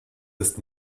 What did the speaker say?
ist